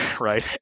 right